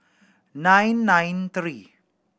nine nine three